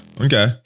okay